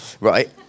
right